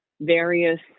various